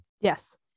yes